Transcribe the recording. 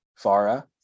Farah